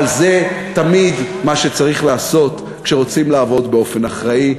אבל זה תמיד מה שצריך לעשות כשרוצים לעבוד באופן אחראי.